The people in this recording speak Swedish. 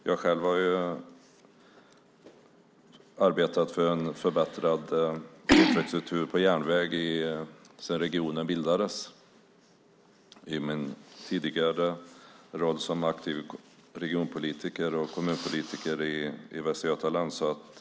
Jag har själv arbetat för en förbättrad infrastruktur på järnväg sedan regionen bildades, i min tidigare roll som aktiv region och kommunpolitiker i Västra Götaland, i Skövde.